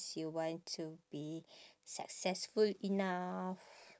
you want to be successful enough